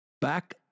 Back